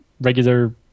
regular